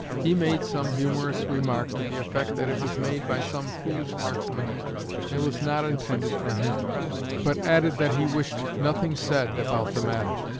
he made some humorous remark, to the effect that it was made by some foolish marksman and was not intended for him but added that he wished nothing said about the matter.